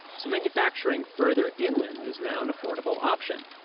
so manufacturing further inland is now an affordable option.